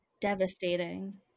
Devastating